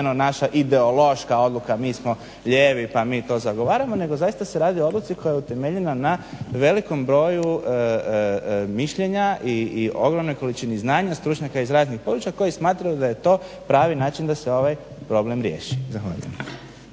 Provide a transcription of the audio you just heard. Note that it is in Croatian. naša ideološka odluka, mi smo lijevi pa mi to zagovaramo nego zaista se radi o odluci koja je utemeljena na velikom broju mišljenja i ogromnoj količini znanja stručnjaka iz raznih područja koji smatraju da je to pravi način da se ovaj problem riješi.